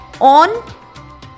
on